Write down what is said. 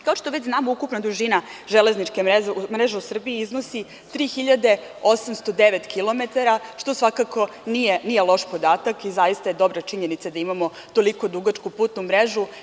Kao što već znamo, ukupna dužina železničke mreže u Srbiji iznosi 3809 kilometara, što svakako nije loš podatak i zaista je dobra činjenica da imamo toliko dugačku putnu mrežu.